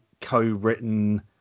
co-written